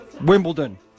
Wimbledon